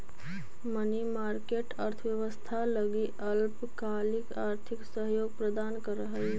money market अर्थव्यवस्था लगी अल्पकालिक आर्थिक सहयोग प्रदान करऽ हइ